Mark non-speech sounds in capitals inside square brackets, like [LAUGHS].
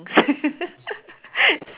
[LAUGHS]